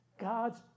God's